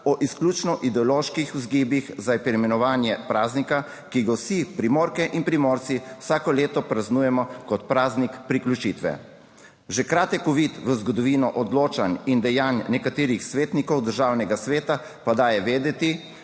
o izključno ideoloških vzgibih za poimenovanje praznika, ki ga vsi Primorke in Primorci vsako leto praznujemo kot praznik priključitve. Že kratek uvid v zgodovino odločanj in dejanj nekaterih svetnikov Državnega sveta pa daje vedeti,